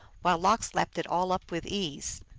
while lox lapped it all up with ease.